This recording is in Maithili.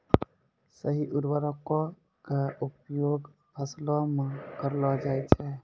सही उर्वरको क उपयोग फसलो म करलो जाय छै